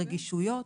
רגישויות.